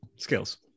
skills